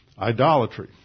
idolatry